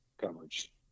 coverage